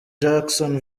jackson